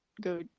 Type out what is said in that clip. go